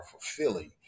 fulfilling